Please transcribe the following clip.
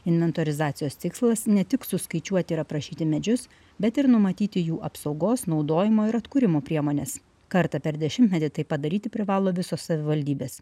inventorizacijos tikslas ne tik suskaičiuoti ir aprašyti medžius bet ir numatyti jų apsaugos naudojimo ir atkūrimo priemones kartą per dešimtmetį tai padaryti privalo visos savivaldybės